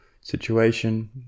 situation